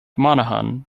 monahan